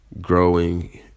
growing